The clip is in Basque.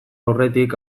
aurretik